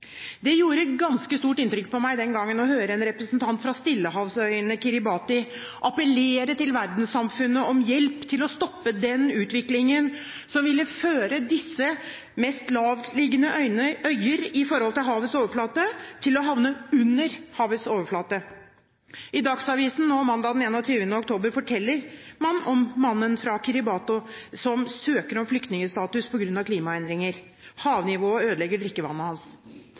Det gjorde et ganske stort inntrykk på meg den gangen å høre en representant fra stillehavsøya Kiribati appellere til verdenssamfunnet om hjelp til å stoppe den utviklingen som ville føre disse mest lavtliggende øyer i forhold til havets overflate til å havne under havets overflate. I Dagsavisen mandag den 21. oktober forteller man om mannen fra Kiribati som søker om flyktningstatus på grunn av klimaendringer. Havnivået ødelegger drikkevannet hans.